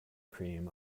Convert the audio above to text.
cream